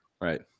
Right